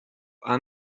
darauf